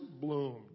bloomed